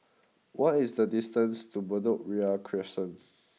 what is the distance to Bedok Ria Crescent